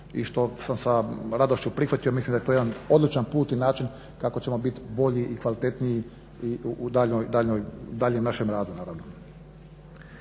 i što sam sa radošću prihvatio. Mislim da je to jedan odličan put i način kako ćemo biti bolji i kvalitetniji u daljnjem našem radu naravno.